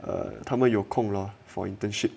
哦他们有空 loh for internship